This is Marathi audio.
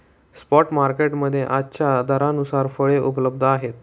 स्पॉट मार्केट मध्ये आजच्या दरानुसार फळे उपलब्ध आहेत